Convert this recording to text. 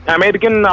American